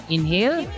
Inhale